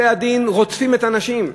מכיוון שבתי-הדין רודפים את הנשים,